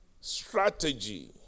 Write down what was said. Strategy